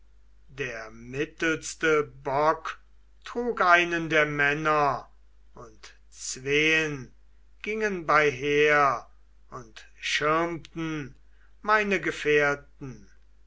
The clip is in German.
der mittelste bock trug einen der männer und zween gingen beiher und schirmten meine gefährten